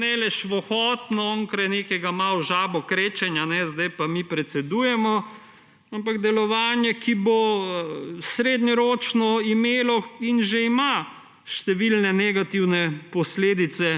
ne le švohotno onkraj nekega žabokrečenja, »zdaj pa mi predsedujemo«, ampak delovanje, ki bo srednjeročno imelo in že ima številne negativne posledice,